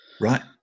Right